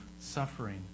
suffering